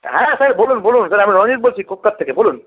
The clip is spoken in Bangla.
হ্যাঁ স্যার বলুন বলুন স্যার আমি রনজিৎ বলছি কোক্কার থেকে বলুন